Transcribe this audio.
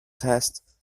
test